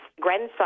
grandson